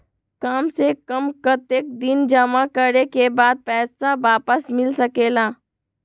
काम से कम कतेक दिन जमा करें के बाद पैसा वापस मिल सकेला?